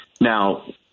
Now